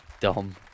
Dumb